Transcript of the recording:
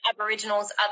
Aboriginals